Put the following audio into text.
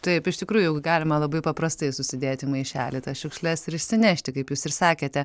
taip iš tikrųjų juk galima labai paprastai susidėti į maišelį tas šiukšles ir išsinešti kaip jūs ir sakėte